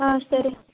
ஆ சரி